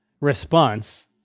response